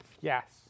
Yes